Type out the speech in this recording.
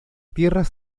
tierras